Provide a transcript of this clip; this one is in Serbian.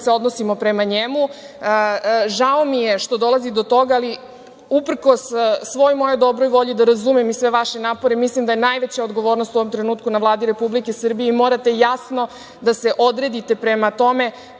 da se odnosimo prema njemu. Žao mi je što dolazi do toga, ali, uprkos svoj mojoj dobroj volji da razumem i sve vaše napore, mislim da je najveća odgovornost u ovom trenutku na Vladi Republike Srbije i morate jasno da se odredite prema tome